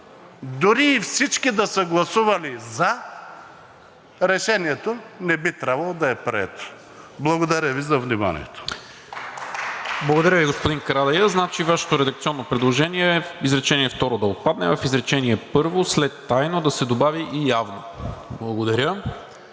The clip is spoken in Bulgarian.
дори и всички да са гласували за, решението не би трябвало да е прието. Благодаря Ви за вниманието.